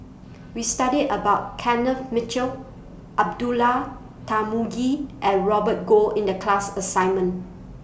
We studied about Kenneth Mitchell Abdullah Tarmugi and Robert Goh in The class assignment